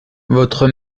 votre